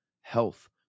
health